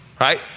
right